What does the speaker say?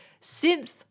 Synth